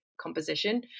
composition